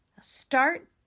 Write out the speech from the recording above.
start